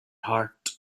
heart